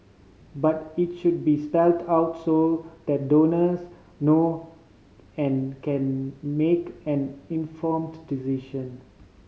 but it should be spelled out so that donors know and can make an informed decision